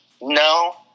no